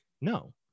No